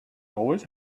always